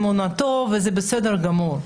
באמונתו, וזה בסדר גמור.